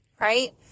right